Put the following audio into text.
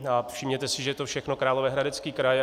A všimněte si, že to je všechno Královéhradecký kraj.